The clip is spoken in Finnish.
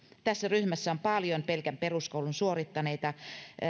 tässä ryhmässä on paljon pelkän peruskoulun suorittaneita